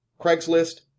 Craigslist